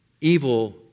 evil